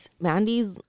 Mandy's